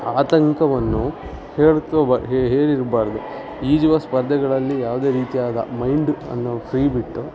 ಆತಂಕವನ್ನು ಹೇರ್ಕೋ ಬಾ ಹೇರಿರಬಾರ್ದು ಈಜುವ ಸ್ಪರ್ಧೆಗಳಲ್ಲಿ ಯಾವುದೇ ರೀತಿಯಾದ ಮೈಂಡ್ ಅನ್ನು ಫ್ರೀ ಬಿಟ್ಟು